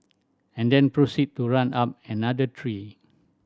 and then proceed to run up another tree